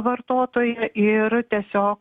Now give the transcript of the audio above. vartotoją ir tiesiog